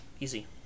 Easy